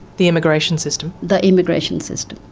the immigration system? the immigration system.